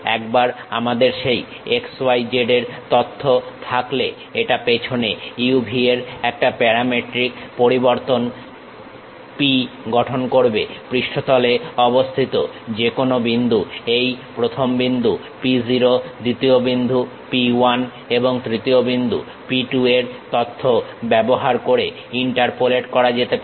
একবার আমাদের সেই x y z এর তথ্য থাকলে এটা পেছনে u v এর একটা প্যারামেট্রিক পরিবর্তন P গঠন করবে পৃষ্ঠতলে অবস্থিত যেকোনো বিন্দু এই প্রথম বিন্দু P 0 দ্বিতীয় বিন্দু P 1 এবং তৃতীয় বিন্দু P 2 এর তথ্য ব্যবহার করে ইন্টারপোলেট করা যেতে পারে